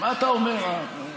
אנחנו אבל יודעים מי תומך בדמוקרטיה,